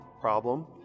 problem